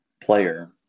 player